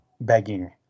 begging